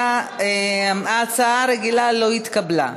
ההצעה הרגילה לא התקבלה.